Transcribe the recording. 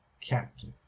captive